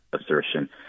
assertion